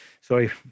Sorry